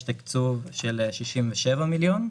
יש תקצוב של 67 מיליון.